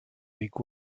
big